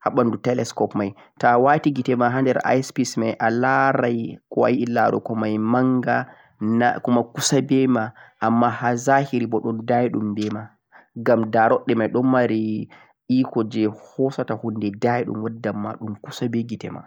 haa banduu telescope mei toh a waati gite ma hander eye space alaaren ko ayi laaruko mei mangha kuma kusa be ma amma haa zahiri daadhom be ma gham daa raddo mei don mari e'ko jee hoosata hunde deidhom ma kusa e'gite ma